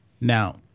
Now